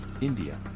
India